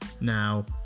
now